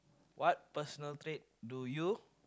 what personal trait do you